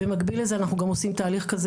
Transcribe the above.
במקביל לזה אנחנו גם עושים תהליך כזה